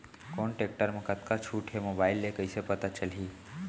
कोन टेकटर म कतका छूट हे, मोबाईल ले कइसे पता चलही?